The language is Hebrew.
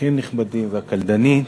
אורחים נכבדים והקלדנית,